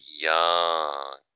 young